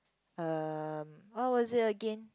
um what was it again